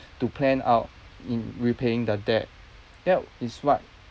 to plan out in repaying the debt that is what